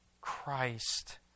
Christ